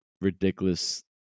ridiculous